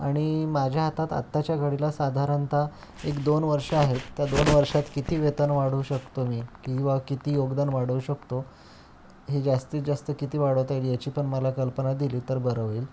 आणि माझ्या हातात आत्ताच्या घडीला साधारणतः एक दोन वर्ष आहेत त्या दोन वर्षात किती वेतन वाढवू शकतो मी किंवा किती योगदान वाढवू शकतो हे जास्तीत जास्त किती वाढवता येईल याची पण मला कल्पना दिली तर बरं होईल